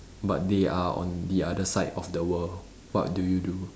but they are on the other side of the world what do you do